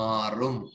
Marum